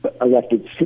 Elected